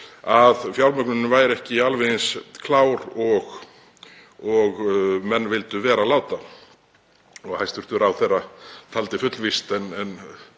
að fjármögnunin væri ekki alveg eins klár og menn vildu vera láta og hæstv. ráðherra taldi fullvíst.